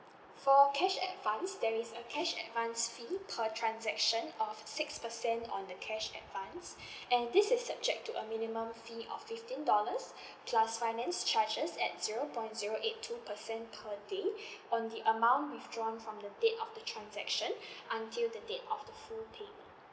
for cash advance there is a cash advance fee per transaction of six percent on the cash advance and this is subject to a minimum fee of fifteen dollars plus finance charges at zero point zero eight two percent per day on the amount withdrawn from the date of the transaction until the date of the full payment